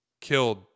killed